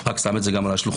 שם את זה על השולחן.